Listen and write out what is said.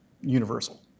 universal